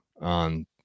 on